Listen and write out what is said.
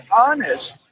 honest